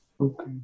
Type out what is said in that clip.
Okay